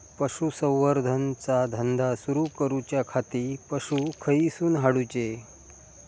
पशुसंवर्धन चा धंदा सुरू करूच्या खाती पशू खईसून हाडूचे?